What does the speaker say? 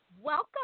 Welcome